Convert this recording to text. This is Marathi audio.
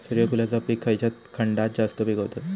सूर्यफूलाचा पीक खयच्या खंडात जास्त पिकवतत?